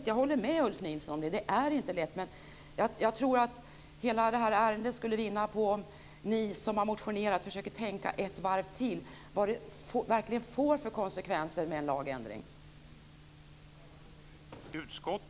Jag håller med Ulf Nilsson om att det inte är lätt, men jag tror att hela detta ärende skulle vinna på om ni som har motionerat försöker tänka ett varv till på vilka konsekvenser en lagändring verkligen får.